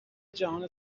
جهان